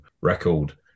record